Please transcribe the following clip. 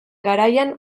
garaian